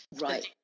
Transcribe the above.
Right